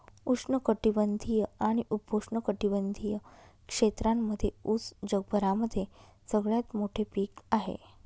उष्ण कटिबंधीय आणि उपोष्ण कटिबंधीय क्षेत्रांमध्ये उस जगभरामध्ये सगळ्यात मोठे पीक आहे